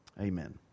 amen